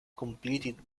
completed